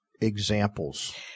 examples